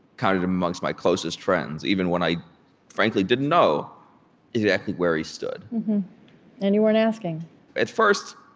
counted him amongst my closest friends, even when i frankly didn't know exactly where he stood and you weren't asking at first,